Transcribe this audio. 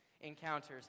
Encounters